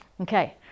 Okay